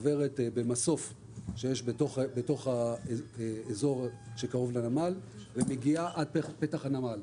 עוברת במסוף שיש באזור שקרוב לנמל ומגיעה עד פתח הנמל.